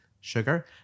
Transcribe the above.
sugar